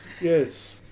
Yes